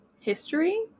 history